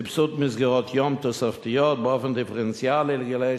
סבסוד מסגרות יום תוספתיות באופן דיפרנציאלי לגילאי